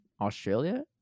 Australia